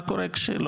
מה קורה כשלא.